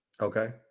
Okay